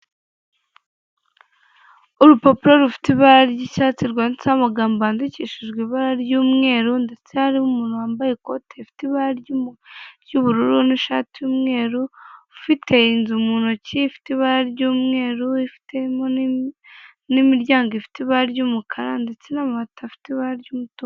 Urupapuro rufite ibara ry'icyatsi rwanditseho amagambo yandikishijwe ibara ry'umweru ndetse hariho umuntu wambaye ikote rifite ibara ry'ubururu n'ishati y'umweru, ufite inzu mu ntoki ifite ibara ry'umweru, ifitemo n'imiryango ifite ibara ry'umukara ndetse n'amabati afite ibara ry'umutuku.